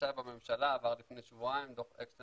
עכשיו בממשלה עבר לפני שבועיים דוח אקשטיין